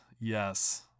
Yes